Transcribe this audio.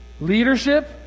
leadership